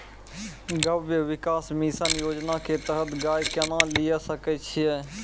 गव्य विकास मिसन योजना के तहत गाय केना लिये सकय छियै?